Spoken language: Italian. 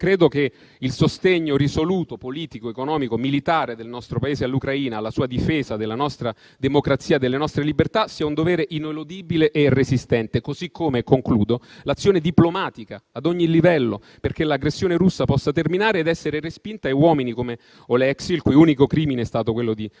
Credo che il sostegno risoluto politico, economico e militare del nostro Paese all’Ucraina, alla difesa della democrazia e delle libertà, sia un dovere ineludibile e resistente, così come l’azione diplomatica ad ogni livello, perché l’aggressione russa possa terminare ed essere respinta e uomini come Oleksiy, il cui unico crimine è stato quello di